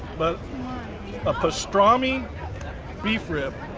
but a pastrami beef rib!